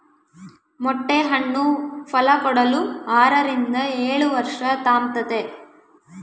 ಮೊಟ್ಟೆ ಹಣ್ಣು ಫಲಕೊಡಲು ಆರರಿಂದ ಏಳುವರ್ಷ ತಾಂಬ್ತತೆ